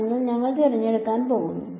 അതിനാൽ ഞങ്ങൾ തിരഞ്ഞെടുക്കാൻ പോകുന്നു